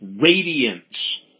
radiance